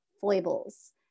Foibles